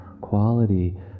quality